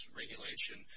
regulation